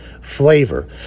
flavor